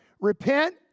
repent